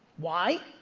why?